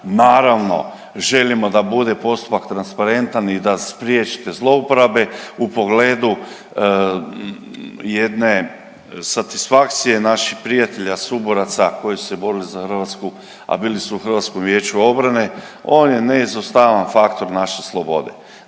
naravno, želimo da bude postupak transparentan i da spriječite zlouporabe u pogledu jedne satisfakcije naših prijatelja, suboraca koji su se borili za Hrvatsku, a bili su u HVO-u, on je neizostavan faktor naše slobode.